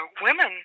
women